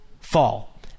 fall